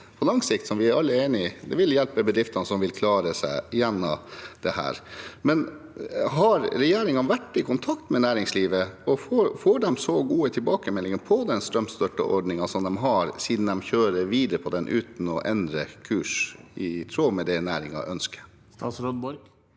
på lang sikt, som vi alle er enig i, vil hjelpe bedriftene slik at de vil klare seg gjennom dette. Har regjeringen vært i kontakt med næringslivet, og får de så gode tilbakemeldinger om den strømstøtteordningen de har, siden de kjører videre med den uten å endre kurs i tråd med det næringene ønsker? Statsråd